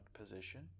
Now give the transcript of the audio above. position